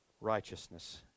righteousness